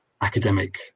academic